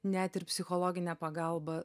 net ir psichologine pagalba